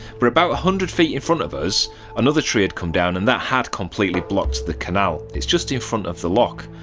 but about a hundred feet in front of us another tree had come down and that had completely blocked the canal it's just in front of the loch.